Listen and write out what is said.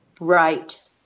Right